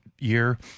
year